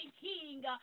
King